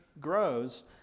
grows